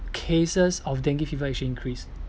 cases of dengue fever actually increase